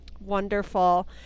Wonderful